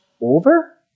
over